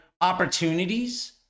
opportunities